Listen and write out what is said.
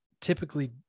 typically